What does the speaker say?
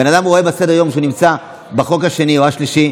בן אדם רואה בסדר-היום שהוא צריך להציג את החוק השני או השלישי,